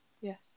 yes